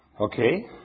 Okay